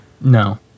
no